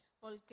Porque